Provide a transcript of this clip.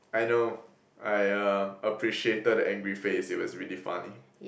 I know I uh appreciated the angry face it was really funny